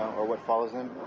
or what follows them,